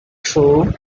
two